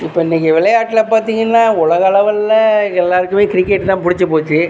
இப்போ இன்றைக்கி விளையாட்டில் பார்த்தீங்கன்னா உலகளவில் எல்லாருக்குமே கிரிக்கெட் தான் பிடுச்சுப் போச்சு